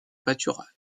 pâturage